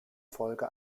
folge